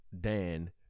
Dan